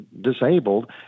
disabled